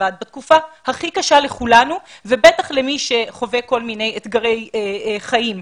לבד בתקופה הכי קשה לכולנו ובטח למי שחווה כל מיני אתגרי חיים,